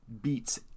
beats